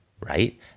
right